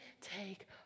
take